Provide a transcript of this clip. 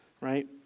right